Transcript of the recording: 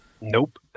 Nope